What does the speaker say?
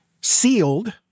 sealed